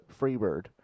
Freebird